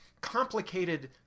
complicated